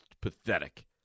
pathetic